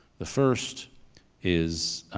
the first is,